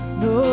no